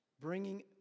bringing